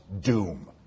doom